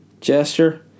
gesture